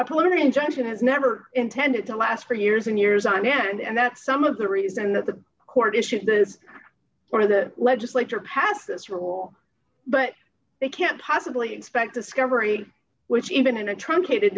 preliminary injunction is never intended to last for years and years on end and that's some of the reason that the court issued the order the legislature passed this rule but they can't possibly expect discovery which even in a truncated